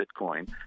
Bitcoin